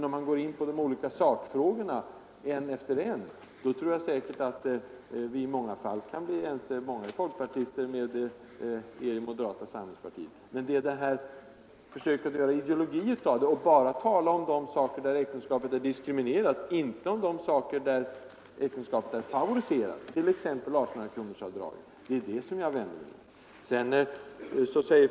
Om man går in på de olika sakfrågorna tror jag att många folkpartister är ense med många i moderata samlingspartiet. Det jag vänder mig mot är försöken att göra ideologi av det och bara tala om de sammanhang där äktenskapet är diskriminerat och inte om de sammanhang där äktenskapet är favoriserat, t.ex. 1 800-kronorsavdraget.